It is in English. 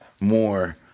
more